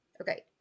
Okay